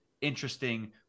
interesting